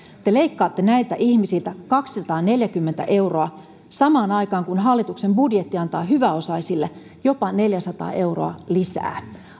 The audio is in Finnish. te leikkaatte näiltä ihmisiltä kaksisataaneljäkymmentä euroa samaan aikaan kun hallituksen budjetti antaa hyväosaisille jopa neljäsataa euroa lisää